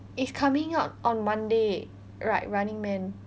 it's coming out on monday right running man